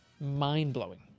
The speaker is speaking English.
Mind-blowing